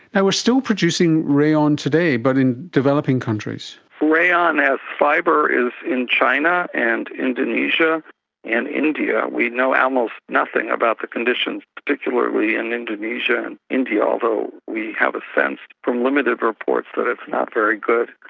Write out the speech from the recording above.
and we are still producing rayon today but in developing countries. rayon as fibre is in china and indonesia and india. we know almost nothing about the conditions, particularly in indonesia and india, although we have a sense from limited reports that it's not very good.